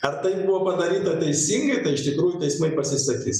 ar tai buvo padaryta teisingai tai iš tikrųjų teismai pasisakys